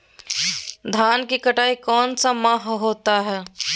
धान की कटाई कौन सा माह होता है?